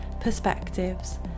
perspectives